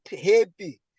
happy